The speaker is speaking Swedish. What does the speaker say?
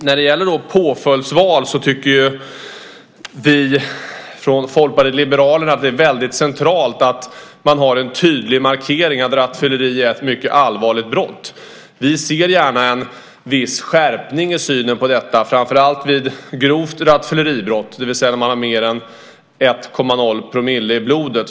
När det gäller påföljdsval tycker vi från Folkpartiet liberalerna att det är centralt att man har en tydlig markering att rattfylleri är ett mycket allvarlig brott. Vi ser gärna en viss skärpning i synen på detta, framför allt vid grovt rattfylleribrott, det vill säga när man har mer än 1,0 % i blodet.